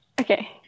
Okay